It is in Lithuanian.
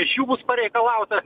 iš jų bus pareikalauta